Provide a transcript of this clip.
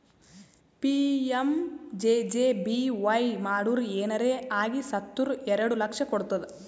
PMJJBY ಮಾಡುರ್ ಏನರೆ ಆಗಿ ಸತ್ತುರ್ ಎರಡು ಲಕ್ಷ ಕೊಡ್ತುದ್